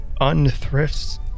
unthrifts